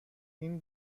این